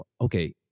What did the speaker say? okay